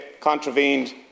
contravened